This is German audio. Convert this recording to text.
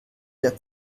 der